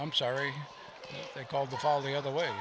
i'm sorry they called the fall the other way